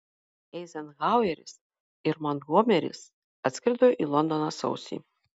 eizenhaueris ir montgomeris atskrido į londoną sausį